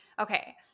Okay